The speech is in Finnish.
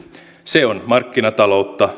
se on markkinataloutta